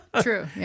true